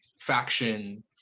faction